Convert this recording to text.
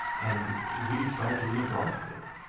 and we tried doing a broth of it.